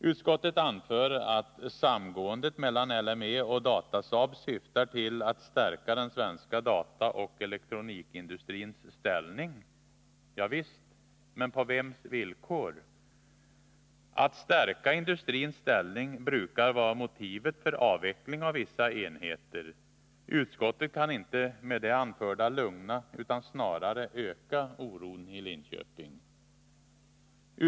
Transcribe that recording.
Utskottet anför att samgåendet mellan LME och Datasaab syftar till att stärka den svenska dataoch elektronikindustrins ställning. Javisst, men på vems villkor? Att stärka industrins ställning brukar vara motivet för avveckling av vissa enheter. Utskottet kan inte med det anförda minska oron i Linköping utan bidrar snarare till att öka den.